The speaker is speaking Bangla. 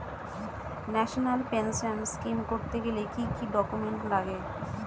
ন্যাশনাল পেনশন স্কিম করতে গেলে কি কি ডকুমেন্ট লাগে?